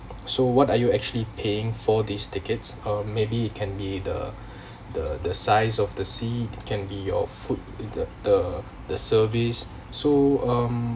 so what are you actually paying for these tickets um maybe can be the the the size of the seat can be your food in the the the service so um